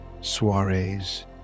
soirees